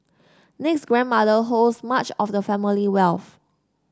Nick's grandmother holds much of the family wealth